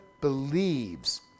believes